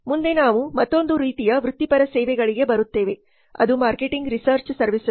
ಮುಂದೆ ನಾವು ಮತ್ತೊಂದು ರೀತಿಯ ವೃತ್ತಿಪರ ಸೇವೆಗಳಿಗೆ ಬರುತ್ತೇವೆ ಅದು ಮಾರ್ಕೆಟಿಂಗ್ ರಿಸರ್ಚ್ ಸರ್ವೀಸಸ್